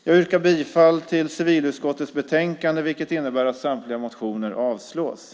Jag yrkar bifall till förslaget i civilutskottets betänkande, vilket innebär att jag yrkar avslag på samtliga motioner.